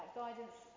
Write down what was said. guidance